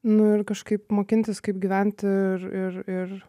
nu ir kažkaip mokintis kaip gyventi ir ir ir ir